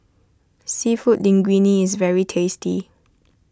Seafood Linguine is very tasty